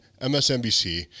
msnbc